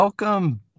Welcome